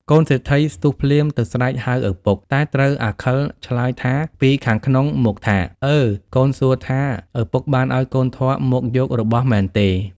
កូនសេដ្ធីស្ទុះភ្លាមទៅស្រែកហៅឪពុក តែត្រូវអាខិលឆ្លើយថាពីខាងក្នុងមកថា “អើ! ”កូនសួរថា “ឪពុកបានឱ្យកូនធម៌មកយករបស់មែនឬ?” ។